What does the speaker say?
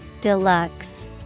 Deluxe